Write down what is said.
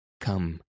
come